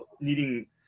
needing